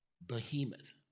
behemoth